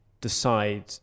decide